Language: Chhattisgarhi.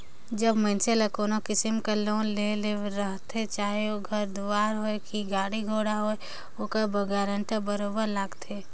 जब मइनसे ल कोनो किसिम कर लोन लेहे ले रहथे चाहे ओ घर दुवार होए कि गाड़ी घोड़ा होए ओकर बर गारंटर बरोबेर लागथे